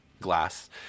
glass